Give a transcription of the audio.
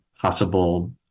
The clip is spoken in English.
possible